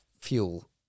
fuel